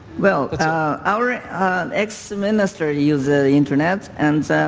well our ex-minister used the internet and